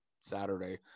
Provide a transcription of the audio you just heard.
Saturday